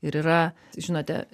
ir yra žinote